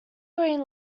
green